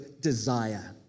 desire